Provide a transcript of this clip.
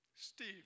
Steve